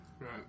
Right